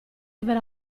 avere